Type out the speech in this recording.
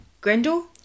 Grendel